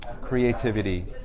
Creativity